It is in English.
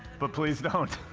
but please don't.